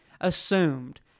assumed